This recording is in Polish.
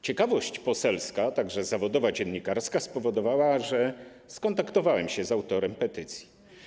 Ciekawość poselska, a także zawodowa, dziennikarska, spowodowała, że skontaktowałem się z autorem petycji.